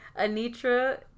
Anitra